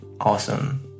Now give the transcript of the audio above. awesome